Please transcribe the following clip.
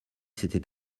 s’était